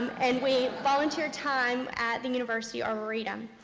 and we volunteer time at the university arboretum.